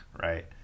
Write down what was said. Right